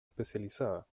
especializada